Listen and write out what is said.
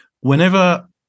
Whenever